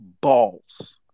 balls